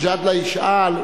מג'אדלה ישאל,